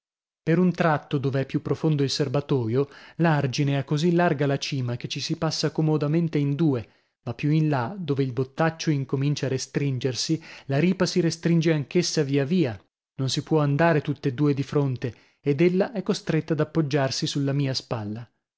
per un tratto dove è più profondo il serbatoio l'argine ha così larga la cima che ci si passa comodamente in due ma più in là dove il bottaccio incomincia a restringersi la ripa si restringe anch'essa via via non si può andare tutt'e due di fronte ed ella è costretta ad appoggiarsi sulla mia spalla